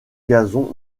gazon